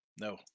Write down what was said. No